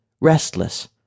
restless